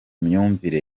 myumvire